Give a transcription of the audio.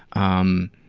um,